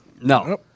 No